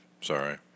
sorry